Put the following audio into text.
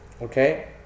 okay